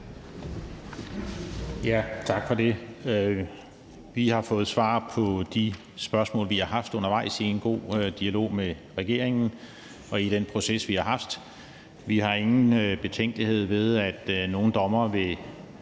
Tak for det. Vi har fået svar på de spørgsmål, vi har haft undervejs i en god dialog med regeringen og i den proces, vi har haft. Vi har ingen betænkelighed, i forhold til at nogle dommere vil